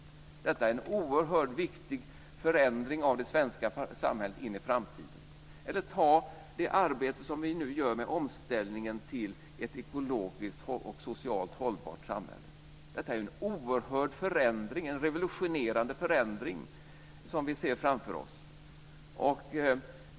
Det är en oerhört viktig förändring av det svenska samhället för framtiden. Ett annat exempel är det arbete som vi nu gör med omställningen till ett ekologiskt och socialt hållbart samhälle. Det är en oerhörd revolutionerande förändring som vi ser framför oss.